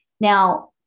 Now